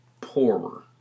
poorer